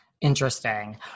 Interesting